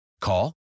Call